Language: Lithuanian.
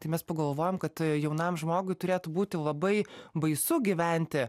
tai mes pagalvojom kad jaunam žmogui turėtų būti labai baisu gyventi